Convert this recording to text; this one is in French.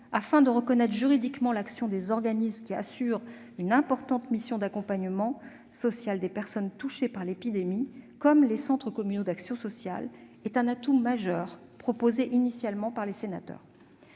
pour reconnaître juridiquement l'action des organismes qui assurent une importante mission d'accompagnement social des personnes touchées par l'épidémie, comme les centres communaux d'action sociale, est un atout majeur issu d'une des propositions des sénateurs.